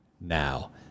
now